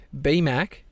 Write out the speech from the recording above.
BMAC